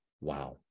wow